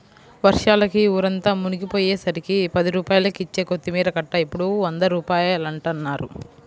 వర్షాలకి ఊరంతా మునిగిపొయ్యేసరికి పది రూపాయలకిచ్చే కొత్తిమీర కట్ట ఇప్పుడు వంద రూపాయలంటన్నారు